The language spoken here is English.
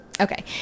Okay